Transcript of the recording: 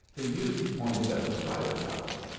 the youth pointed at the pilot-house.